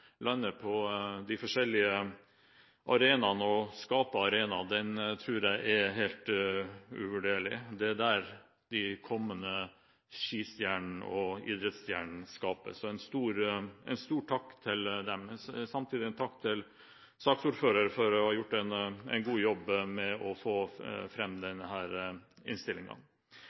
landet på de forskjellige arenaene, tror jeg er helt uvurderlig. Det er der de kommende skistjernene og idrettsstjernene skapes. En stor takk til dem – og samtidig en takk til saksordføreren for å ha gjort en god jobb med å få